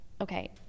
okay